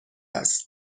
است